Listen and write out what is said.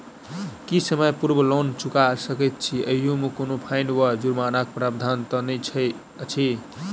की समय पूर्व लोन चुका सकैत छी ओहिमे कोनो फाईन वा जुर्मानाक प्रावधान तऽ नहि अछि?